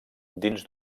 dins